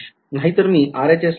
तर एल साठी ते एक कॉन्स्टन्ट आहे